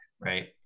right